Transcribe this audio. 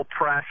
Press